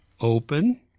open